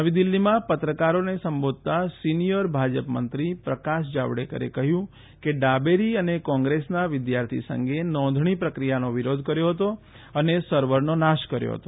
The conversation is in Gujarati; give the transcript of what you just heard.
નવી દિલ્હીમાં પત્રકારો સંબોધતા સિનિયર ભાજપમંત્રી પ્રકાશ જાવડેકરે કહ્યું કે ડાબેરી અને કોંગ્રેસના વિદ્યાર્થી સંઘે નોંધણી પ્રક્રિયાનો વિરોધ કર્યો હતો અને સર્વરનો નાશ કર્યો હતો